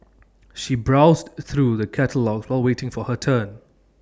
she browsed through the catalogues while waiting for her turn